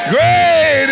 Great